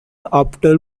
after